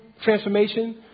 transformation